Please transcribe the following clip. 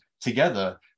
together